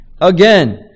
again